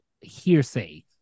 hearsay